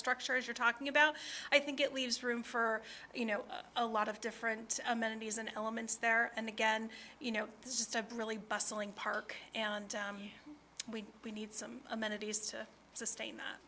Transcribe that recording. structure if you're talking about i think it leaves room for you know a lot of different amenities and elements there and again you know it's just a briley bustling park and we we need some amenities to sustain